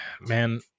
Man